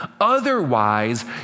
otherwise